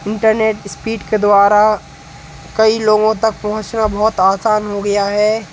internet speed के द्वारा कई लोगों तक पहुँचना बहुत आसान हो गया है